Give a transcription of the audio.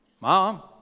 mom